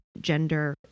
gender